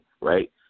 right